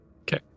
Okay